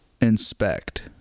inspect